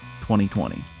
2020